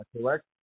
correct